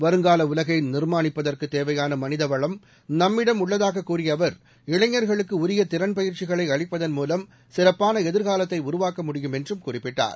வருங்கால உலகை நிர்மாணிப்பதற்குத் தேவையான மனிதவளம் நம்மிடம் உள்ளதாகக் கூறிய அவர் இளைஞர்களுக்கு உரிய திறன் பயிற்சிகளை அளிப்பதன் மூலம் சிறப்பான எதிர்காலத்தை உருவாக்க முடியும் என்றும் குறிப்பிட்டார்